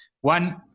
one